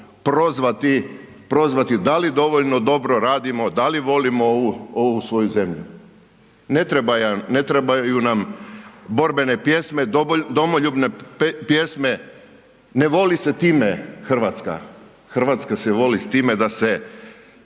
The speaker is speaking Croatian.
prozvati da li dovoljno dobro radimo, da li volimo ovu svoju zemlju. Ne treba ju nam borbene pjesme, domoljubne pjesme, ne voli se time Hrvatska, Hrvatska se voli time da se